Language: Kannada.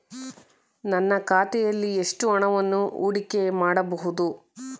ನನ್ನ ಖಾತೆಯಲ್ಲಿ ಎಷ್ಟು ಹಣವನ್ನು ಹೂಡಿಕೆ ಮಾಡಬಹುದು?